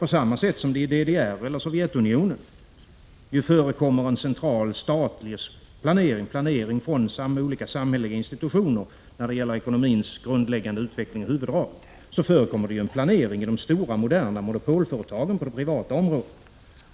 På samma sätt som det i DDR eller Sovjetunionen förekommer en central statlig planering från olika samhälleliga institutioner när det gäller ekonomins grundläggande utveckling i huvuddrag, förekommer det en planering i de stora moderna monopolföretagen på det privata området.